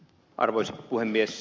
arvoisa puhemies